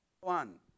one